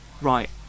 right